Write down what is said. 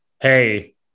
hey